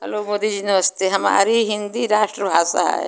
hello Modi ji नमस्ते हमारी हिन्दी राष्ट्रभाषा है